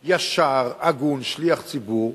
ישר, הגון, שליח ציבור,